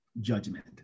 judgment